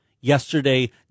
yesterday